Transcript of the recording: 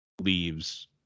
leaves